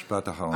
משפט אחרון.